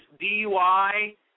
DUI